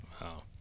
wow